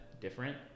different